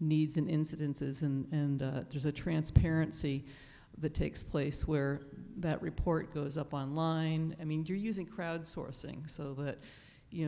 needs and incidences in and there's a transparency the takes place where that report goes up on line i mean you're using crowdsourcing so that you